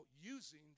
using